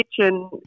kitchen